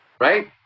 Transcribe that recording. right